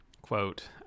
quote